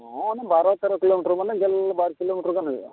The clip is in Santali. ᱦᱮᱸ ᱚᱱᱟ ᱵᱟᱨᱳ ᱛᱮᱨᱳ ᱠᱤᱞᱳᱢᱤᱴᱟᱨ ᱢᱟᱱᱮ ᱡᱷᱟᱹᱞ ᱵᱟᱨ ᱠᱤᱞᱳ ᱢᱤᱴᱟᱨ ᱜᱟᱱ ᱦᱩᱭᱩᱜᱼᱟ